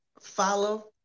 follow